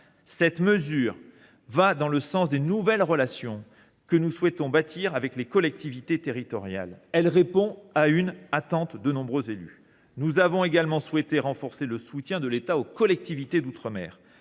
Cette mesure va dans le sens des nouvelles relations que nous souhaitons bâtir avec les collectivités territoriales. Elle répond, du reste, à une attente exprimée par de nombreux élus. Nous avons également souhaité renforcer le soutien de l’État aux collectivités d’outre mer.